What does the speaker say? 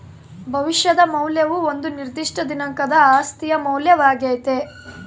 ಭವಿಷ್ಯದ ಮೌಲ್ಯವು ಒಂದು ನಿರ್ದಿಷ್ಟ ದಿನಾಂಕದ ಆಸ್ತಿಯ ಮೌಲ್ಯವಾಗ್ಯತೆ